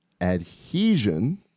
adhesion